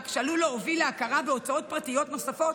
שעלול להוביל להכרה בהוצאות פרטיות נוספות